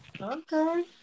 Okay